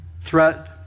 threat